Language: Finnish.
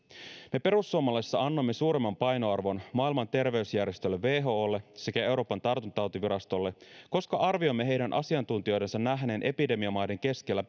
me perussuomalaisissa annoimme suuremman painoarvon maailman terveysjärjestölle wholle sekä euroopan tartuntatautivirastolle koska arvioimme heidän asiantuntijoidensa nähneen epidemiamaiden keskellä